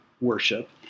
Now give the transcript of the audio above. worship